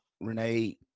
Renee